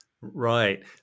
Right